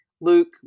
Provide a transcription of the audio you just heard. Luke